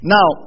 Now